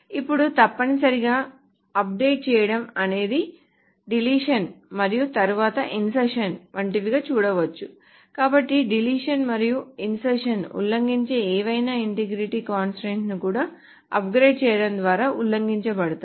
ఇప్పుడు తప్పనిసరి గా అప్డేట్ చేయడం అనేది డిలీషన్ మరియు తరువాత ఇన్సర్షన్ వంటివిగా చూడవచ్చు కాబట్టి డిలీషన్ మరియు ఇన్సర్షన్ ఉల్లంఘించే ఏవైనా ఇంటిగ్రిటీ కన్స్ట్రయిన్స్ కూడా అప్గ్రేడ్ చేయడం ద్వారా ఉల్లంఘించబడతాయి